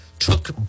took